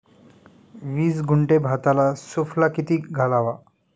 वीस गुंठे भाताला सुफला किती घालावा?